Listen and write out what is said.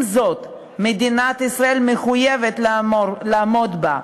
עם זאת, מדינת ישראל מחויבת לעמוד בה.